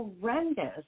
horrendous